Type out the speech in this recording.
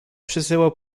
przysyłał